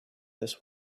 this